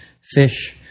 Fish